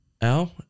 Al